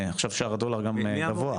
עכשיו שער הדולר גם גבוה,